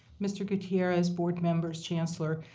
mr. gutierrez, board members, chancellor,